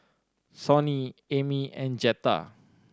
Sonny Emmy and Jetta